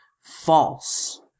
false